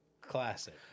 classic